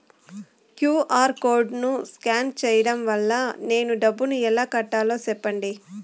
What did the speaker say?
QR code scan సేయడం ద్వారా నేను డబ్బును ఎలా కట్టాలో సెప్పండి?